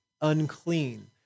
unclean